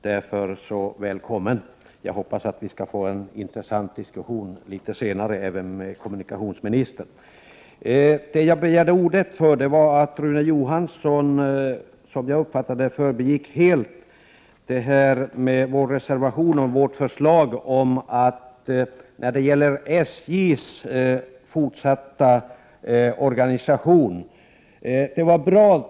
Därför vill jag säga välkommen, och jag hoppas att vi skall få en intressant diskussion, senare även med kommunikationsministerns medverkan. Jag begärde ordet därför att Rune Johansson, så som jag uppfattade det, helt förbigick vår reservation och vårt förslag om SJ:s organisation i framtiden.